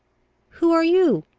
who are you?